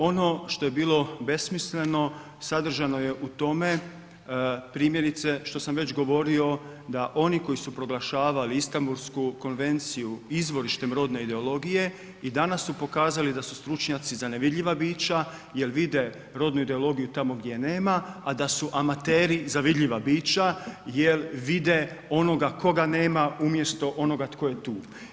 Ono što je bilo besmisleno sadržano je u tome primjerice što sam već govorio da oni koji su proglašavali Istambulsku konvenciju izvorištem rodne ideologije i danas su pokazali da su stručnjaci za nevidljiva bića jer vide rodu ideologiju tamo gdje je nema, a da su amateri za vidljiva bića jer vide onoga koga nema umjesto onoga tko je tu.